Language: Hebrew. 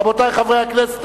רבותי חברי הכנסת,